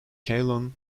ceylon